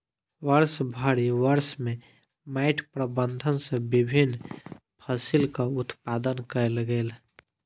वर्षभरि वर्ष में माइट प्रबंधन सॅ विभिन्न फसिलक उत्पादन कयल गेल